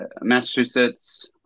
Massachusetts